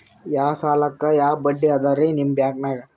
ಯಾ ಸಾಲಕ್ಕ ಯಾ ಬಡ್ಡಿ ಅದರಿ ನಿಮ್ಮ ಬ್ಯಾಂಕನಾಗ?